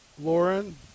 Lauren